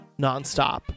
nonstop